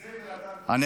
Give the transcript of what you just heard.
זה בן אדם טוב.